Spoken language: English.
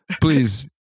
Please